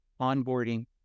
onboarding